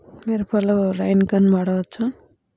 మిరపలో rain gun వాడవచ్చా?